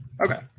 Okay